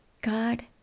God